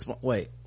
wait